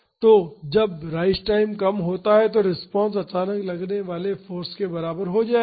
तो जब rise time कम होता है तो रिस्पांस अचानक लगने वाले फाॅर्स के बराबर हो जायेगा